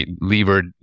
levered